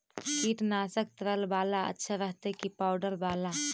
कीटनाशक तरल बाला अच्छा रहतै कि पाउडर बाला?